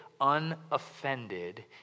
unoffended